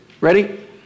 Ready